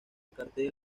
cartel